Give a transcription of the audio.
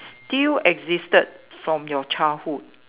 still existed from your childhood